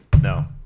No